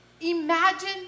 Imagine